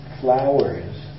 flowers